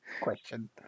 Question